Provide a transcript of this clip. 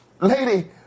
Lady